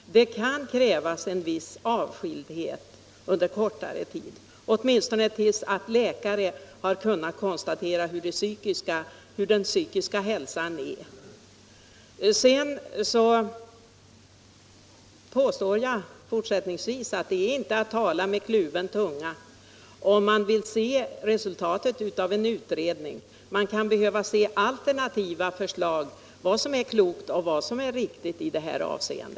Det kan krävas en viss avskildhet under kortare tid, åtminstone tills läkare har kunnat konstatera hur den psykiska hälsan är. Jag påstår fortsättningsvis att jag inte talar med kluven tunga därför att jag vill se resultatet av utredningen. Man kan behöva alternativa förslag om vad som är klokt och riktigt i detta avseende.